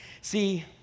See